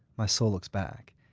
my soul looks back,